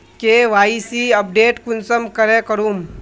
KYC update कुंसम करे करूम?